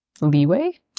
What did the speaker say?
leeway